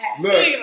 Look